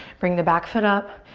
bring the back foot up.